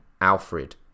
Alfred